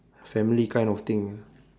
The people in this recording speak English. family like of thing ya